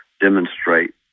demonstrate